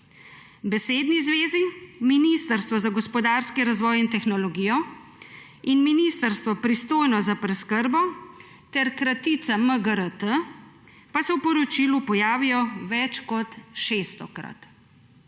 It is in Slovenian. Besedni zvezi Ministrstvo za gospodarski razvoj in tehnologijo ter ministrstvo, pristojno za preskrbo, in kratica MGRT pa se v poročilu pojavijo več kot šeststokrat.